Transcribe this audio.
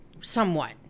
somewhat